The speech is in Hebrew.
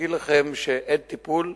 להגיד לכם שאין טיפול?